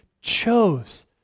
chose